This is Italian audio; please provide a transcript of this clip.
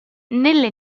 nelle